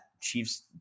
Chiefs